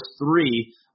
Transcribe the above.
three